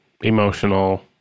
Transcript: emotional